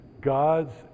God's